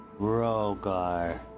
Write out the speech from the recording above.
Rogar